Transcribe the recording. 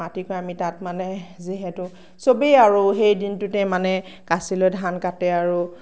মাতি পেলাই আমি তাত মানে যিহেতু সবেই মানে দিনটোতেই মানে কাচি লৈ ধান কাটে আৰু